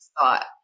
thought